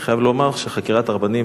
אני חייב לומר שחקירת הרבנים,